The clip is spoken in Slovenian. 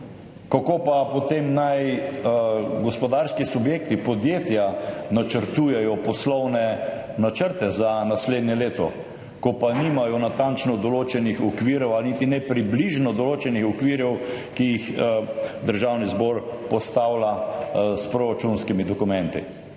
Kako pa naj potem gospodarski subjekti, podjetja načrtujejo poslovne načrte za naslednje leto, ko pa nimajo natančno določenih okvirov ali niti ne približno določenih okvirov, ki jih Državni zbor postavlja s proračunskimi dokumenti,